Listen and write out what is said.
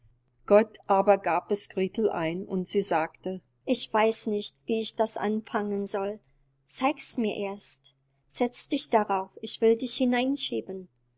gott gab es aber gretel ein und sie sagte ich weiß nicht wie ich das anfangen soll zeigs mirs erst setz dich drauf ich will dich